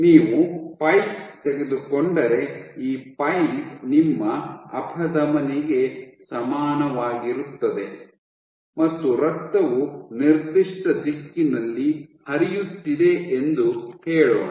ನೀವು ಪೈಪ್ ತೆಗೆದುಕೊಂಡರೆ ಈ ಪೈಪ್ ನಿಮ್ಮ ಅಪಧಮನಿಗೆ ಸಮಾನವಾಗಿರುತ್ತದೆ ಮತ್ತು ರಕ್ತವು ನಿರ್ದಿಷ್ಟ ದಿಕ್ಕಿನಲ್ಲಿ ಹರಿಯುತ್ತಿದೆ ಎಂದು ಹೇಳೋಣ